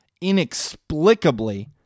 inexplicably